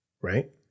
right